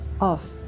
off